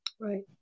Right